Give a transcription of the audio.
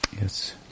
Yes